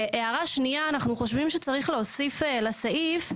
ההערה השנייה, אנחנו חושבים שצריך להוסיף לסעיף: